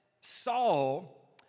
Saul